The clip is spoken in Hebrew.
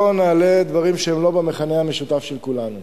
נעלה דברים שהם לא במכנה המשותף של כולנו.